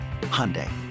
Hyundai